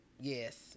yes